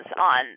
on